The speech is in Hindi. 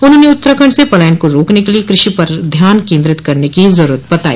उन्होंने उत्तराखण्ड से पलायन को रोकेने के लिए कृषि पर ध्यान केंद्रित करने की जरूरत बताई